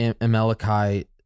amalekite